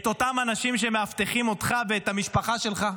את אותם אנשים שמאבטחים אותך ואת המשפחה שלך?